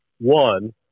one